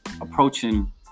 approaching